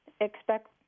expect